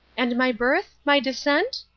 and my birth, my descent?